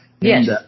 Yes